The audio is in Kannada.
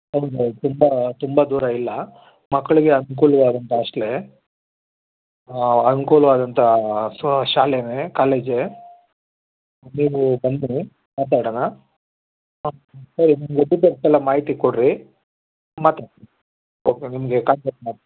ಹೌದು ಹೌದು ತುಂಬ ತುಂಬ ದೂರ ಇಲ್ಲ ಮಕ್ಕಳಿಗೆ ಅನುಕೂಲವಾಗೋವಂತ ಹಾಸ್ಟ್ಲೇ ಅನುಕೂಲವಾದಂತ ಸೊ ಶಾಲೆನೆ ಕಾಲೇಜೆ ನೀವು ಬಂದರೆ ಮಾತಾಡೋಣ ಹಾಂ ಸರಿ ನಿಮ್ಮದು ವಿಸಿಟರ್ಸ್ ಎಲ್ಲ ಮಾಹಿತಿ ಕೊಡಿರಿ ಮತ್ತು ಓಕೆ ನಿಮಗೆ ಕಾಂಟಾಕ್ಟ್ ಮಾಡ್ತೀನಿ